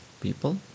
people